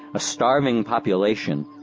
a starving population,